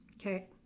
okay